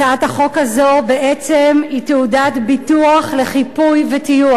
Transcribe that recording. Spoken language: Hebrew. הצעת החוק הזאת בעצם היא תעודת ביטוח לחיפוי וטיוח.